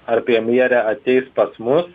ar premjerė ateis pas mus